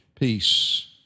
peace